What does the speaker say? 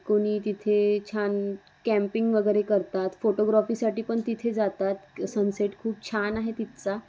कोणी तिथे छान कॅम्पिंग वगैरे करतात फोटोग्रॉफीसाठी पण तिथे जातात सनसेट खूप छान आहे तिथचा